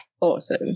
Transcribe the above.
Awesome